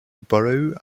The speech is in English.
borough